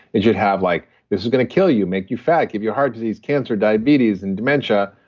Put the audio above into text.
it should have like, this is going to kill you, make you fat, give you a heart disease, cancer, diabetes, and dementia,